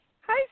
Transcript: Hi